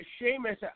Seamus